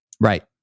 Right